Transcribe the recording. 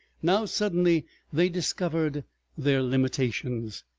now suddenly they discovered their limitations.